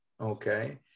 Okay